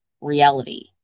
reality